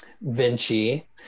Vinci